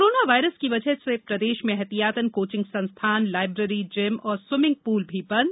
corona virus की वजह से प्रदेश में एहतियातन कोचिंग संस्थान लायब्रेरी जिम और स्वीमिंग पूल भी बंद